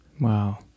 wow